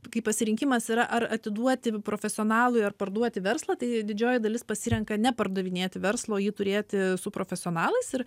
kai pasirinkimas yra ar atiduoti profesionalui ar parduoti verslą tai didžioji dalis pasirenka nepardavinėti verslo o jį turėti su profesionalais ir